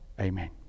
Amen